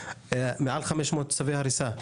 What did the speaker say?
מעל 500 צווי הריסה.